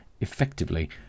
effectively